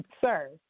sir